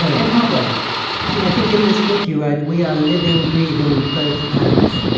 in public and i think in this book you write, we are living, breathing, both ands.